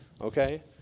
okay